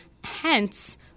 Hence